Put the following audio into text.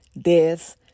death